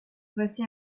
voici